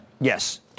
Yes